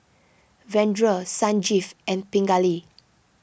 Vedre Sanjeev and Pingali